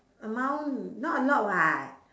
amount not allowed [what]